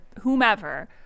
whomever